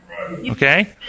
Okay